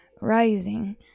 rising